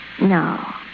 No